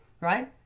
right